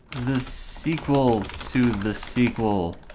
the sequel to the sequel!